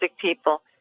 people